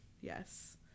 yes